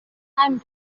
and